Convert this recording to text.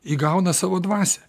įgauna savo dvasią